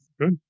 Good